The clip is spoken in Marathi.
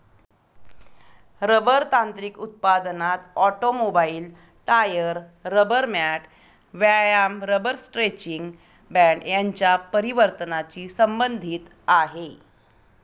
रबर तांत्रिक उत्पादनात ऑटोमोबाईल, टायर, रबर मॅट, व्यायाम रबर स्ट्रेचिंग बँड यांच्या परिवर्तनाची संबंधित आहे